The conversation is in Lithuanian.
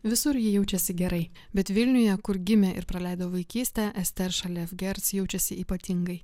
visur ji jaučiasi gerai bet vilniuje kur gimė ir praleido vaikystę ester šalevgerc jaučiasi ypatingai